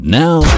now